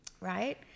right